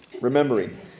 Remembering